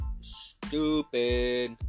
stupid